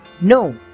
No